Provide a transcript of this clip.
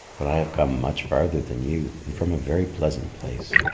but i have come much farther than you, and from a very pleasant place.